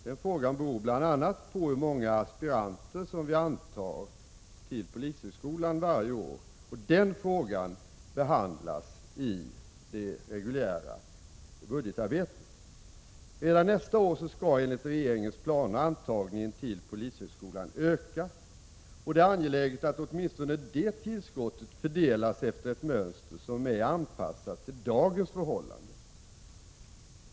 Den frågan beror bl.a. på hur många aspiranter som vi antar till polishögskolan varje år, och den frågan behandlas i det reguljära budgetarbetet. Redan nästa år skall enligt regeringens planer antagningen till polishögskolan öka, och det är angeläget att åtminstone det tillskottet fördelas efter ett mönster som är anpassat till dagens förhållanden.